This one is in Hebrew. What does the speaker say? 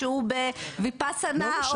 שהוא בויפאסנה,